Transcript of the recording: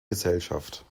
gesellschaft